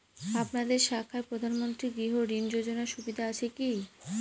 আপনাদের শাখায় প্রধানমন্ত্রী গৃহ ঋণ যোজনার সুবিধা আছে কি?